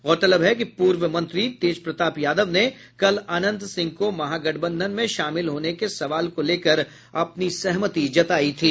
गौरतलब है कि पूर्व मंत्री तेजप्रताप यादव ने कल अनंत सिंह को महागठबंधन में शामिल होने के सवाल को लेकर सहमति जतायी थी